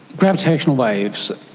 gravitational waves,